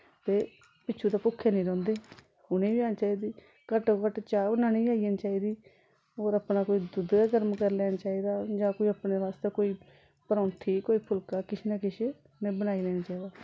ते पिच्छुं दे भुक्खे निं रौंह्दे उ'नें गी बी औनी चाहिदी घट्टो घट्ट चाह् बनानी गै आई जानी चाहिदी होर अपना कोई दुद्ध गै गर्म करी लैना चाहिदा जां कोई अपने बास्ते कोई परौंठी कोई फुलका किश ना किश उ'नें बनाई लैना चाहिदा